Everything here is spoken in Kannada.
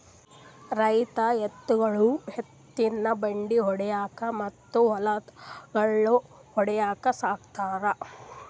ರೈತರ್ ಎತ್ತ್ಗೊಳು ಎತ್ತಿನ್ ಬಂಡಿ ಓಡ್ಸುಕಾ ಮತ್ತ್ ಹೊಲ್ದಾಗ್ ಗಳ್ಯಾ ಹೊಡ್ಲಿಕ್ ಸಾಕೋತಾರ್